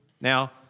Now